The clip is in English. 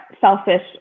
selfish